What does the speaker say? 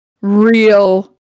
real